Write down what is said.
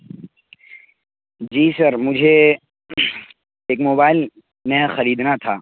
جی sir مجھے ایک mobile نیا خریدنا تھا